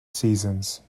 seasons